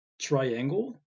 triangle